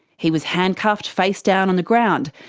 he was handcuffed face down on the ground,